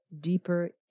deeper